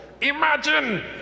Imagine